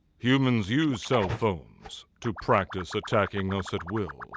humans use cellphones. to practice attacking us at will.